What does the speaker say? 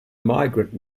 migrant